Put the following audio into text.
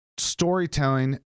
storytelling